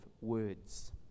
words